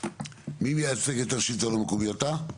מי מייצג את השלטון המקומי, אתה?